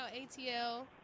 ATL